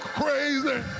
crazy